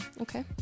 Okay